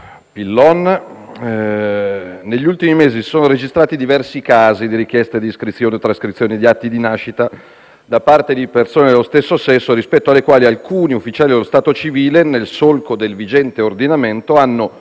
Pillon. Negli ultimi mesi si sono registrati diversi casi di richieste di iscrizione e trascrizione di atti di nascita da parte di persone dello stesso sesso, rispetto alle quali alcuni ufficiali dello stato civile, nel solco del vigente ordinamento, hanno